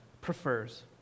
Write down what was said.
prefers